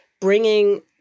bringing